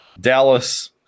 Dallas